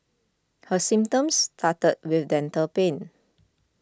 her symptoms started with dental pain